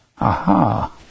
aha